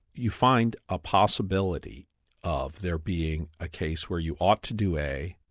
you find a possibility of there being a case where you ought to do a,